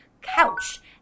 couch